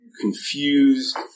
confused